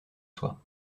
soit